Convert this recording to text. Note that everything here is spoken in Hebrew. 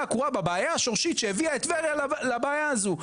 הקרואה בבעיה השורשית שהביאה את טבריה לבעיה הזו.